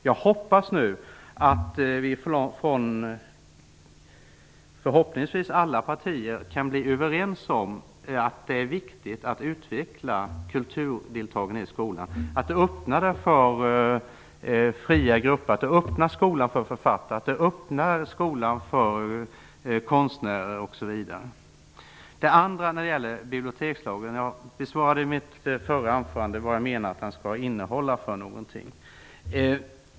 Jag hoppas nu att alla partier kan komma överens om att det är viktigt att utveckla kulturdeltagandet i skolan, att öppna skolan för fria grupper, för författare, för konstnärer osv. Jag talade i mitt anförande också om vad jag menar att bibliotekslagen skall innehålla.